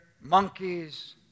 monkeys